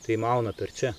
tai mauna per čia